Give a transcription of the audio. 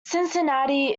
cincinnati